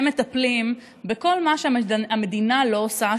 הם מטפלים בכל מה שהמדינה לא עושה,